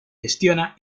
gestiona